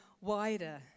wider